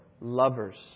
lovers